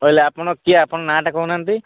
କହିଲେ ଆପଣ କିଏ ଆପଣଙ୍କ ନାଁଟା କହୁନାହାଁନ୍ତି